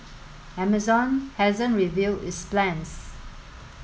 Amazon hasn't revealed its plans